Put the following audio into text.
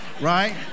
Right